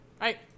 right